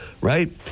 right